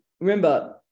remember